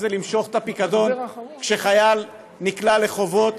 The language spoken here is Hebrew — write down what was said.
אם זה למשוך את הפיקדון כשחייל נקלע לחובות.